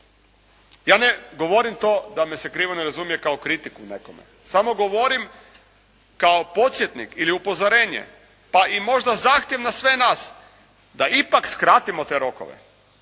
Ja ne govorim to da me se krivo ne razumije kao kritiku nekome. Samo govorim kao podsjetnik ili upozorenje, pa i možda zahtjev na sve nas da ipak skratimo te rokove.